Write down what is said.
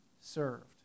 served